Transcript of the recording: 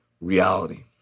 reality